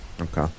Okay